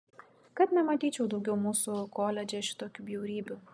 kad nematyčiau daugiau mūsų koledže šitokių bjaurybių